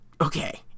Okay